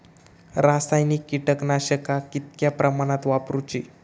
रासायनिक कीटकनाशका कितक्या प्रमाणात वापरूची?